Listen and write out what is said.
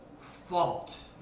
fault